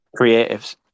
creatives